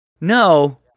no